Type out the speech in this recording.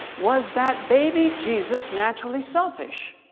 was that baby jesus naturally selfish?